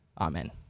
Amen